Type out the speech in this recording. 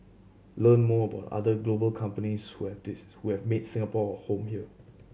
learn more about other global companies who have this who have made Singapore home here